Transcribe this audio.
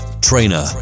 trainer